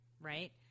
right